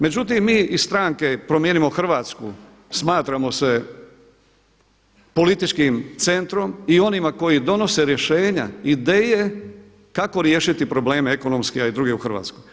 Međutim, mi iz stranke Promijenimo Hrvatsku smatramo se političkim centrom i onima koji donose rješenja, ideje kako riješiti probleme ekonomske a i druge u Hrvatskoj.